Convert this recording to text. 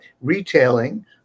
Retailing